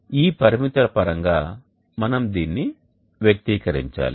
ఈ పరిమితుల పరంగా మనం దీనిని వ్యక్తీకరించాలి